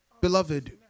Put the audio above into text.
Beloved